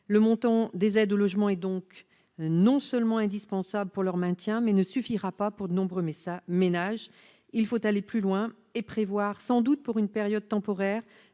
Le montant des aides au logement est donc non seulement indispensable pour les soutenir, mais il ne suffira pas pour de nombreux ménages. Il faut aller plus loin et prévoir sans doute pour une période temporaire